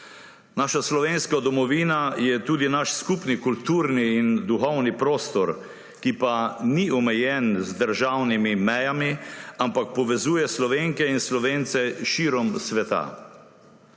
Naša slovenska domovina je tudi naš skupni kulturni in duhovni prostor, ki pa ni omejen z državnimi mejami, ampak povezuje Slovenke in Slovence širom sveta.